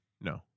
No